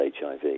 HIV